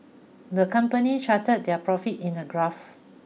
the company charted their profits in the graph